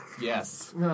Yes